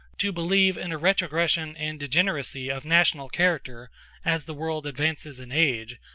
to believe in a retrogression and degeneracy of national character as the world advances in age,